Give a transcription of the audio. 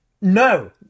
No